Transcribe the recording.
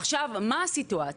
עשיו, מה הסיטואציה?